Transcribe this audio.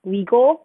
we go